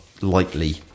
lightly